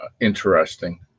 interesting